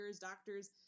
doctors